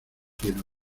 quiero